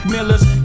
Millers